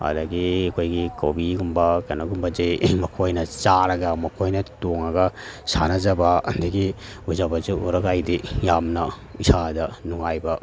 ꯑꯗꯒꯤ ꯑꯩꯈꯣꯏꯒꯤ ꯀꯣꯕꯤꯒꯨꯝꯕ ꯀꯩꯅꯣꯒꯨꯝꯕꯁꯦ ꯃꯈꯣꯏꯅ ꯆꯥꯔꯒ ꯃꯈꯣꯏꯅ ꯇꯣꯡꯉꯒ ꯁꯥꯟꯅꯖꯕ ꯑꯗꯒꯤ ꯎꯖꯕꯁꯦ ꯎꯔꯒ ꯑꯩꯗꯤ ꯌꯥꯝꯅ ꯏꯁꯥꯗ ꯅꯨꯡꯉꯥꯏꯕ